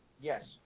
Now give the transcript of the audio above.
Yes